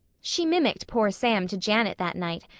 she mimicked poor sam to janet that night,